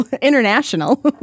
international